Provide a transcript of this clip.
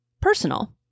personal